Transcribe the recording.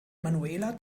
manuela